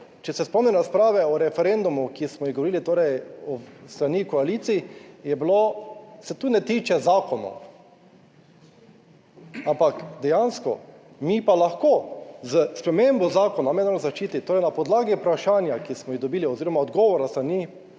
če se spomnim razprave o referendumu, ki smo jih govorili, torej s strani koalicije, je bilo se tu ne tiče zakonov, ampak dejansko mi pa lahko s spremembo Zakona o mednarodni zaščiti, torej na podlagi vprašanja, ki smo jih dobili oziroma odgovora s